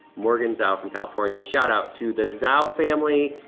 morgan zao from california, shout-out to the zao family.